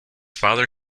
father